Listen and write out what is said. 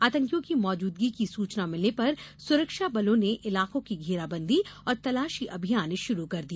आतंकियों की मौजूदगी की सूचना मिलने पर सुरक्षाबलों ने इलाके की घेराबंदी और तलाशी अभियान शुरू कर दिया